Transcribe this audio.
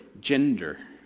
gender